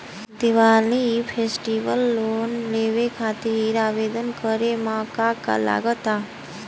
Diwali festival loan लेवे खातिर आवेदन करे म का का लगा तऽ?